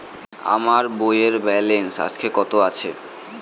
আমার বইয়ের ব্যালেন্স আজকে কত আছে?